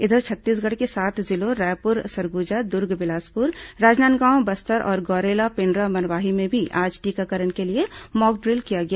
इधर छत्तीसगढ़ के सात जिलों रायपुर सरगुजा दुर्ग बिलासपुर राजनांदगांव बस्तर और गौरेला पेण्ड्रा मरवाही में भी आज टीकाकरण के लिए मॉकड्रिल किया गया